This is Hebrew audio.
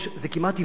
זה כמעט עיוורון,